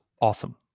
Awesome